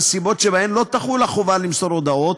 נסיבות שבהן לא תחול החובה למסור הודעות,